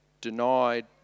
denied